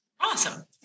Awesome